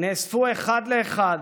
נאספו אחד לאחד,